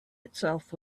itself